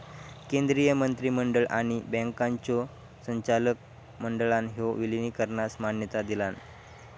केंद्रीय मंत्रिमंडळ आणि बँकांच्यो संचालक मंडळान ह्या विलीनीकरणास मान्यता दिलान